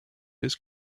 his